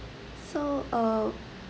so uh